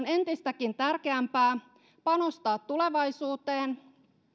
entistäkin tärkeämpää panostaa tulevaisuuteen